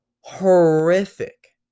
horrific